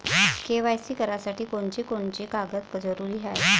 KYC करासाठी कोनची कोनची कागद जरुरी हाय?